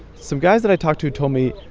some guys that i talked to told me,